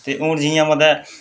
दे हून जि'यां मतलब